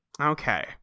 Okay